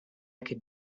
could